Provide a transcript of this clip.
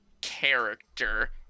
Character